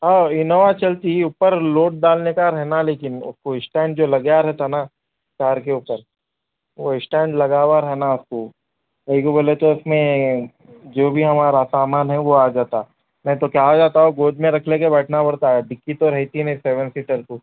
ہاں اینووا چلتی اوپر لوڈ ڈالنے کا رہنا لیکن وہ اسٹینڈ جو لگا رہتا نا کار کے اوپر وہ اسٹینڈ لگا ہوا رہنا آپ کو کائی کو بولے تو اس میں جو بھی ہمارا سامان ہے وہ آ جاتا نہیں تو کیا ہو جاتا گود میں رکھ لے کے بیٹھنا پڑتا ہے ڈگی تو رہتی نہیں سیون سیٹر کو